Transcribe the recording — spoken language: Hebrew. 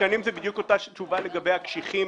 תקנים זה בדיוק אותה תשובה לגבי הקשיחים.